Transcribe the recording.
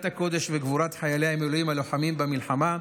הקודש וגבורת חיילי המילואים הלוחמים במלחמה,